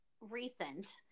recent